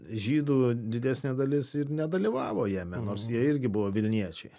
žydų didesnė dalis ir nedalyvavo jame nors jie irgi buvo vilniečiai